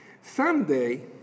Someday